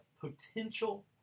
potential